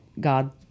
God